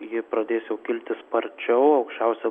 ji pradės jau kilti sparčiau aukščiausia